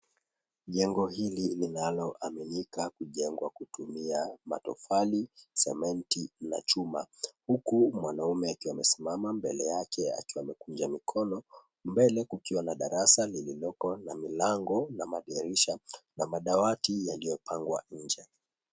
Jengo hili linaloaminika kujengwa kutumia matofali, sementi na chuma. Huku mwanaume akiwa amesimama mbele yake akiwa amekunja mikono. Mbele kukiwa na darasa lililoko na milango na madirisha na madawati yaliyopangwa nje.